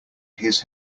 his